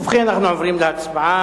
ובכן, אנחנו עוברים להצבעה.